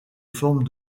forme